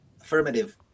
Affirmative